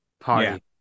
party